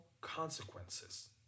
consequences